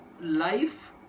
life